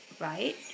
right